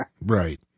Right